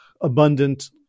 abundant